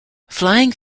flying